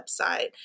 website